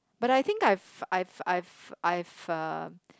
but I think I've I've I've I've uh